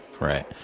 Right